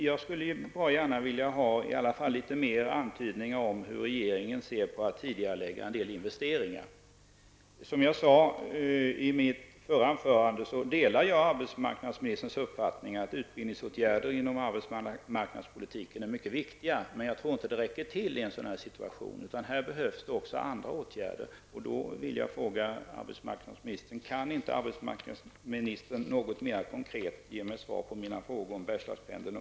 Jag skulle gärna vilja ha litet mer synpunkter på hur regeringen ser på en tidigareläggning av en del investeringar. Som jag sade i mitt förra anförande delar jag arbetsmarknadsministerns uppfattning att utbildningsåtgärder inom arbetsmarknadspolitiken är mycket viktiga, men jag tror inte att det räcker i en sådan här situation. Här behövs också andra åtgärder. Jag vill då fråga arbetsmarknadsministern: Kan inte arbetsmarknadsministern något mera konkret ge mig svar på mina frågor om Bergslagspendeln och